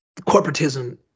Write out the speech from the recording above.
corporatism